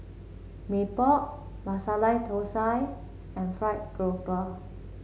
Mee Pok Masala Thosai and fried grouper